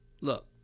Look